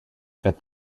fit